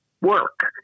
work